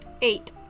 Eight